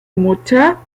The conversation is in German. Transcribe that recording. mutter